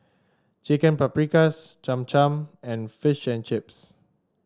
Chicken Paprikas Cham Cham and Fish and Chips